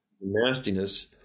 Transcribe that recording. nastiness